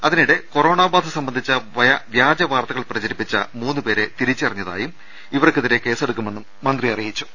അതിനിടെ കൊറോണ് ബാധ സംബന്ധിച്ച വ്യാജ വാർത്തകൾ പ്രചരിപ്പിച്ച മൂന്നുപേരെ തിരിച്ചറിഞ്ഞതായും ഇവർക്കെതിരെ കേസെടുക്കുമെന്നും മന്ത്രി അറിയിച്ചു